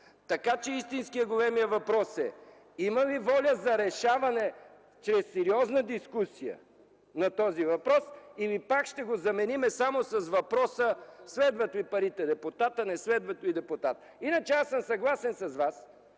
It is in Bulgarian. Така че истинският, големият въпрос е: има ли воля за решаване чрез сериозна дискусия на този въпрос? Или пак ще го заменим само с въпроса: следват ли парите депутата, не следват ли депутата? Иначе аз съм съгласен с Вас,